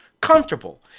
comfortable